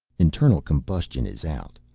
internal combustion is out,